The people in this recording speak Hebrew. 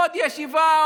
עוד ישיבה,